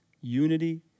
unity